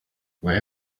where